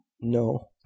No